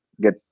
get